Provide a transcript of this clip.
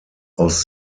aus